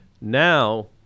Now